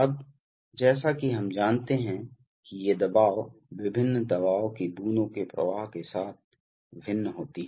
अब जैसा कि हम जानते हैं कि ये दबाव विभिन्न दबाव की बूंदों के प्रवाह के साथ भिन्न होती हैं